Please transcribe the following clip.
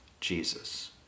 Jesus